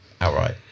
outright